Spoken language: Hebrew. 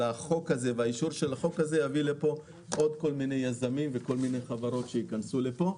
שאישור החוק הזה יביא לפה עוד יזמים ועוד חברות שייכנסו לפה.